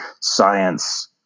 science